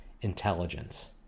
intelligence